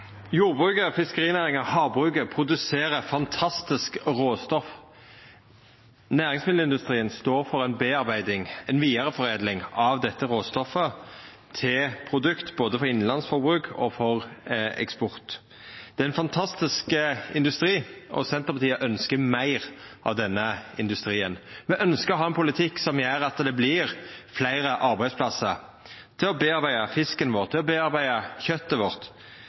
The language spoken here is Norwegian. Jordbruket, fiskerinæringa og havbruket produserer fantastiske råstoff. Næringsmiddelindustrien står for vidareforedling av dette råstoffet til produkt til både innanlandsk forbruk og eksport. Det er ein fantastisk industri, og Senterpartiet ønskjer meir av denne industrien. Me ønskjer å ha ein politikk som gjer at det vert fleire arbeidsplassar til å foredla fisken vår, til å foredla kjøtet vårt,